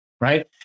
right